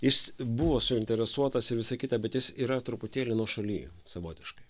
jis buvo suinteresuotas ir visa kita bet jis yra truputėlį nuošaly savotiškai